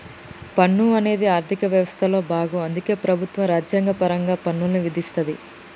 పన్ను అనేది ఆర్థిక వ్యవస్థలో భాగం అందుకే ప్రభుత్వం రాజ్యాంగపరంగా పన్నుల్ని విధిస్తది